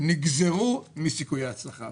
המרחב, נגזרו מסיכויי ההצלחה.